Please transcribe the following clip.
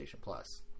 Plus